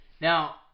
Now